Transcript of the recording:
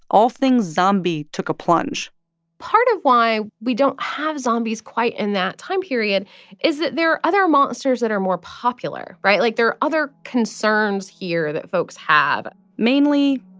all things zombie took a plunge part of why we don't have zombies quite in that time period is that there are other monsters that are more popular. right? like, there are other concerns here that folks have mainly,